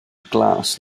glas